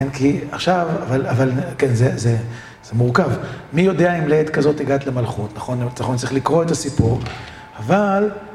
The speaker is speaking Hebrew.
כן, כי עכשיו, אבל... אבל... כן, זה מורכב. מי יודע אם לעת כזאת הגעת למלכות, נכון, אנחנו נצטרך לקרוא את הסיפור, אבל...